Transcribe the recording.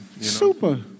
Super